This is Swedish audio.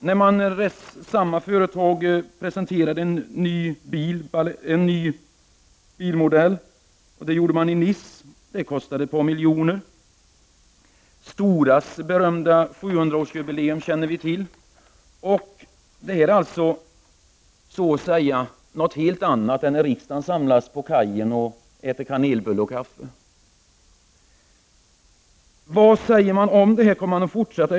När en ny bilmodell presenterades i Nice kostade det ett par miljoner. Storas berömda 700-årsjubileum känner vi till. Det är alltså någonting helt annat än när riksdagen samlas på kajen och äter kanelbulle och dricker kaffe. Vad sägs nu om detta? Kommer man att fortsätta?